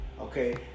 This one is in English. okay